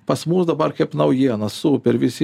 pas mus dabar kaip naujiena super visi